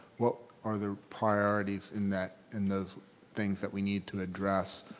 what are the priorities in that, in those things that we need to address?